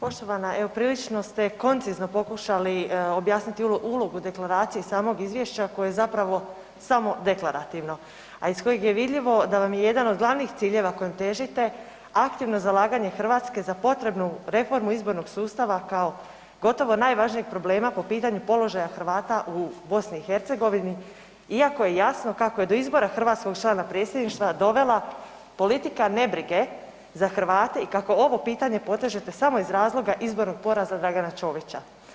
Poštovana evo prilično ste koncizno pokušali objasniti ulogu Deklaracije samog izvješća koje je zapravo samo deklarativno, a iz kojeg je vidljivo da vam je jedan od glavnih ciljeva kojem težite aktivno zalaganje Hrvatske za potrebnu reformu izbornog sustava kao gotovo najvažnijeg problema po pitanju položaja Hrvata u Bosni i Hercegovini iako je jasno kako je do izbora hrvatskog člana Predsjedništva dovela politika nebrige za Hrvate i kako ovo pitanje potežete samo iz razloga izbornog poraza Dragana Ćovića.